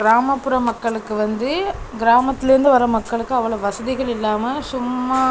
கிராமப்புற மக்களுக்கு வந்து கிராமத்துலேருந்து வர மக்களுக்கு அவ்வளோ வசதிகள் இல்லாமல் சும்மா